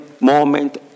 moment